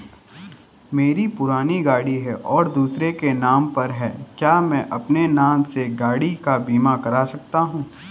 मेरी पुरानी गाड़ी है और दूसरे के नाम पर है क्या मैं अपने नाम से गाड़ी का बीमा कर सकता हूँ?